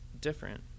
different